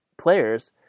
players